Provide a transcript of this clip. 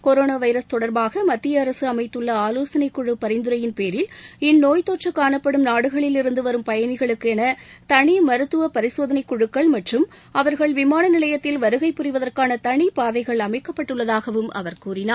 corona virus தொடர்பாக மத்திய அரசு அமைத்துள்ள ஆலோசனை குழு பரிந்துரையின் பேரில் இந்நோய் தொற்று காணப்படும் நாடுகளில் இருந்து வரும் பயனிகளுக்கு என தனி மருத்துவ பரிசோதனைக் குழுக்கள் மற்றும் அவர்கள் விமான நிலையத்தில் வருகை புரிவதற்கான தனி பாதைகள் அமைக்கப்பட்டுள்ளதாகவும் அவர் கூறினார்